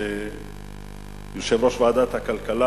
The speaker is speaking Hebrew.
כשיושב-ראש הכלכלה,